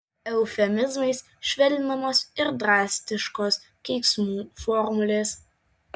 eufemizmais švelninamos ir drastiškos keiksmų formulės